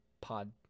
pod